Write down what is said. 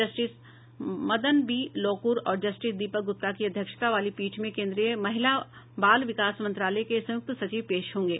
justice Madan B Lokur और justice Deepak Gupta की अध्यक्षता वाली पीठ में केंद्रीय महिला बाल विकास मंत्रालय के संयुक्त सचिव पेश होंगे